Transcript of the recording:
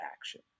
action